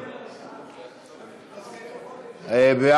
תוסיף אותי.